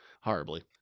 Horribly